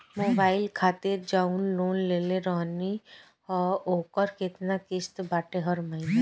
Mobile खातिर जाऊन loan लेले रहनी ह ओकर केतना किश्त बाटे हर महिना?